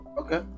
okay